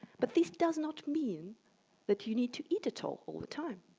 but this does not mean that you need to eat it all, all the time.